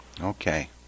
Okay